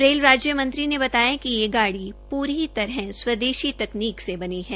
rail राज्य मंत्री ने बताया कि यइ गाड़ी पूरी तरह स्वदेशी तकनीक से बनी है